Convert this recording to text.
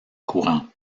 courant